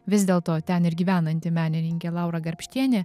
vis dėl to ten ir gyvenanti menininkė laura garbštienė